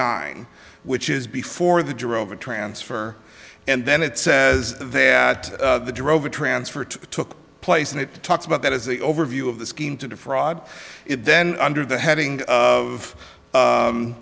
nine which is before the drove a transfer and then it says that the drove a transfer to took place and it talks about that as the overview of the scheme to defraud it then under the heading of